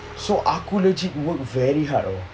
so aku legit work very hard